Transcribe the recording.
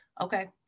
okay